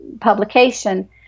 publication